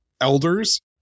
elders